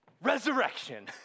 resurrection